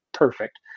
Perfect